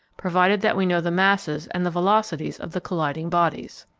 provided that we know the masses and the velocities of the colliding bodies.